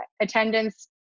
attendance